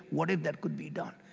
what if that could be done?